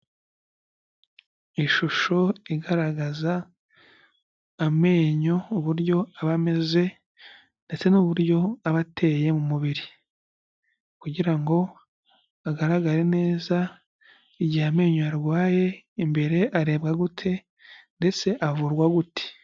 Ishusho igaragaza amenyo uburyo aba ameze ndetse n'uburyo aba ateye mu mubiri kugira ngo agaragare neza, igihe amenyo yarwaye imbere arebwa gute ndetse avurwa gute.